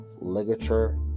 ligature